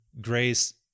Grace